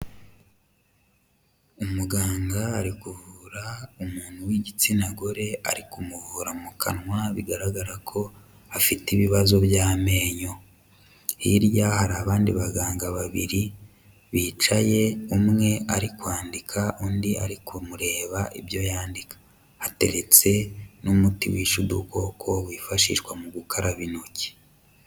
Umuganga ari kuvura umuntu w'igitsina gore, ari kumuvura mu kanwa bigaragara ko afite ibibazo by'amenyo. Hirya hari abandi baganga babiri bicaye, umwe ari kwandika, undi ari kumureba ibyo yandika, hateretse n'umuti wica udukoko wifashishwa mu gukaraba intoki.